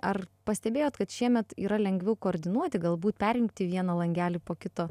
ar pastebėjot kad šiemet yra lengviau koordinuoti galbūt perimti vieną langelį po kito